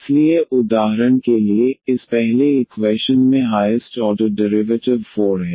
इसलिए उदाहरण के लिए इस पहले इक्वैशन में हाइएस्ट ऑर्डर डेरिवेटिव 4 है